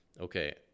okay